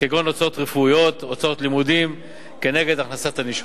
כגון הוצאות רפואיות והוצאות לימודים כנגד הכנסת הנישום.